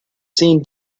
seen